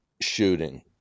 shooting